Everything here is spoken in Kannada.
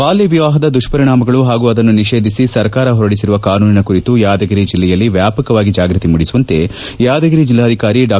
ಬಾಲ್ಲ ವಿವಾಹದ ದುರಿಣಾಮಗಳು ಹಾಗೂ ಅದನ್ನು ನಿಧಿಸಿ ಸರ್ಕಾರ ಹೊರಡಿಸಿರುವ ಕಾನೂನಿನ ಕುರಿತು ಯಾದಗಿರಿ ಜಿಲ್ಲೆಯಲ್ಲಿ ವ್ಯಾಪಕವಾಗಿ ಜಾಗೃತಿ ಮೂಡಿಸುವಂತೆ ಯಾದಗಿರಿ ಜಿಲ್ಲಾಧಿಕಾರಿ ಡಾ